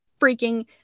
freaking